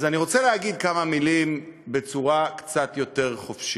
אז אני רוצה להגיד כמה מילים בצורה קצת יותר חופשית.